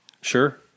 sure